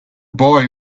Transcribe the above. boy